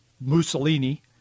Mussolini